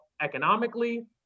economically